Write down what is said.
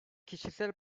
kişisel